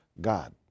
God